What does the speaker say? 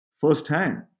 firsthand